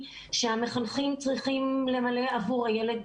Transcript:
שהמחנכים צריכים למלא עבור הילד,